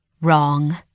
Wrong